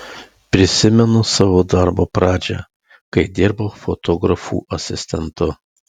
prisimenu savo darbo pradžią kai dirbau fotografų asistentu